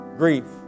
grief